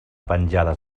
penjades